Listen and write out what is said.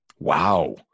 Wow